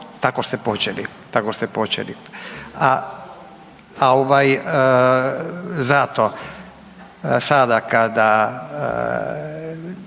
tako ste počeli.